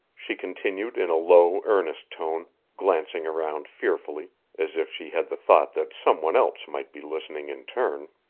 she continued in a low, earnest tone, glancing around fearfully as if she had the thought that some one else might be listening in turn.